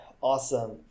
Awesome